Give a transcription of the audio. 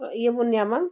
ᱤᱭᱟᱹᱵᱚᱱ ᱧᱟᱢᱟ